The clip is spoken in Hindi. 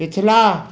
पिछला